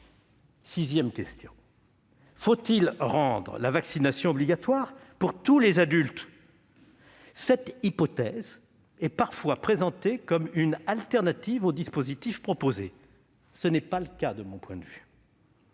Sixième question : faut-il rendre la vaccination obligatoire pour tous les adultes ? Cette hypothèse est parfois présentée comme une alternative au dispositif proposé par le Gouvernement. Ce n'est pas le cas de mon point de vue.